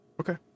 Okay